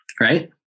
right